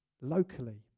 locally